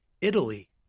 italy